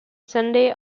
sunday